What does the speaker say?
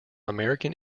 american